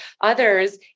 others